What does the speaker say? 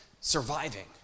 surviving